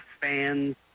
fans